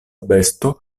besto